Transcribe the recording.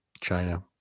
China